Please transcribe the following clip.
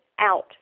out